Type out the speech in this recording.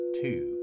two